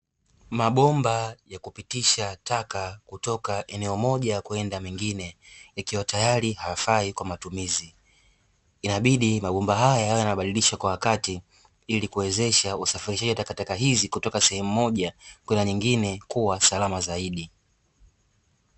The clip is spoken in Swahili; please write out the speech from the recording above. Mabomba ya kupitisha taka kutoka kwenye eneo moja kwenda mengine yakiwa tayari hayafai kwa matumizi, inabidi mabomba haya yawe yanabadilishwa kwa wakati ili kuwezesha usafirishaji wa takataka hizi kutoka sehemu moja kwenda nyingine kuwa salama zaidi.